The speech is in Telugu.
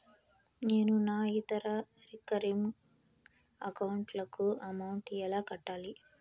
నేను నా ఇతర రికరింగ్ అకౌంట్ లకు అమౌంట్ ఎలా కట్టాలి?